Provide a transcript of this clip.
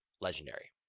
legendary